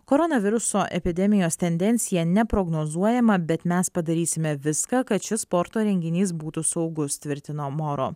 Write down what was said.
koronaviruso epidemijos tendencija neprognozuojama bet mes padarysime viską kad šis sporto renginys būtų saugus tvirtino moro